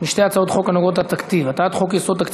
בשתי הצעות חוק שנוגעות לתקציב: הצעת חוק-יסוד: תקציב